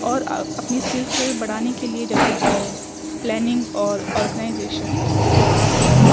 اور اپنی اسکلس کے بڑھانے کے لیے جیسے کہ پلیننگ اور آرگنائیزیشن آپ